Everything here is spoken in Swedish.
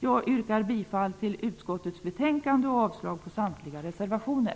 Jag yrkar bifall till utskottets hemställan och avslag på samtliga reservationer.